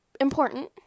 important